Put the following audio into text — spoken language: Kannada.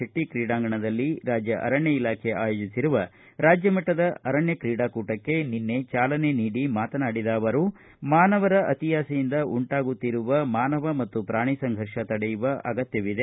ಶಟ್ಟ ಕ್ರೀಡಾಂಗಣದಲ್ಲಿ ರಾಜ್ಯ ಅರಣ್ಯ ಇಲಾಖೆ ಆಯೋಜಿಸಿರುವ ರಾಜ್ಯ ಮಟ್ಟದ ಅರಣ್ಯ ಕ್ರೀಡಾಕೂಟಕ್ಕೆ ಚಾಲನೆ ನೀಡಿ ಮಾತನಾಡಿದ ಅವರು ಮಾನವರ ಅತಿಯಾಸೆಯಿಂದ ಉಂಟಾಗುತ್ತಿರುವ ಮಾನವ ಮತ್ತು ಪ್ರಾಣಿ ಸಂಘರ್ಷ ತಡೆಯುವ ಅಗತ್ಯವಿದೆ